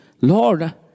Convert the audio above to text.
Lord